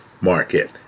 market